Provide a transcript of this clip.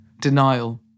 Denial